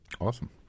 Awesome